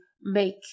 make